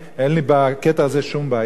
אין לי בקטע הזה שום בעיה,